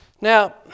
now